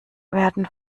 werden